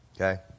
Okay